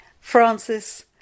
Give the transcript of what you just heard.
Francis